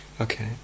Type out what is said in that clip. Okay